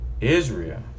Israel